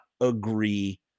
agree